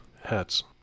Hats